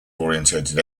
oriented